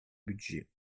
budget